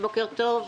בוקר טוב,